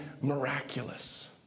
miraculous